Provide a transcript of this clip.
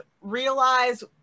realize